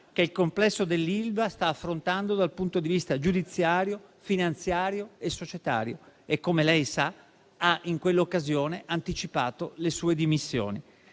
che il complesso dell'ex ILVA di Taranto sta affrontando dal punto di vista giudiziario, finanziario e societario e, come lei sa, in quell'occasione ha anticipato le sue dimissioni.